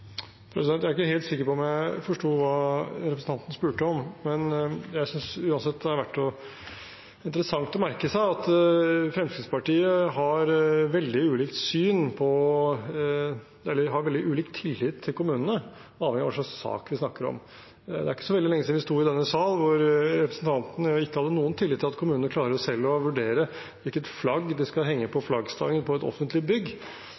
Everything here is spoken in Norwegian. Jeg er ikke helt sikker på om jeg forsto hva representanten spurte om, men jeg synes uansett det er interessant og verdt å merke seg at Fremskrittspartiet har veldig ulik tillit til kommunene avhengig av hva slags sak vi snakker om. Det er ikke så veldig lenge siden vi sto i denne salen og representanten ikke hadde noen tillit til at kommunene selv klarer å vurdere hvilket flagg de skal henge på flaggstangen på et offentlig bygg,